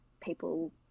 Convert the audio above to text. people